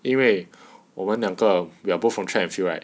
因为我们两个 we are both from track and field right